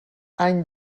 any